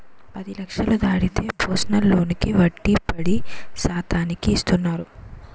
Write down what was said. పది లక్షలు దాటితే పర్సనల్ లోనుకి వడ్డీ పది శాతానికి ఇస్తున్నారు